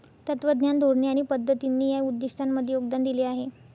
तत्त्वज्ञान, धोरणे आणि पद्धतींनी या उद्दिष्टांमध्ये योगदान दिले आहे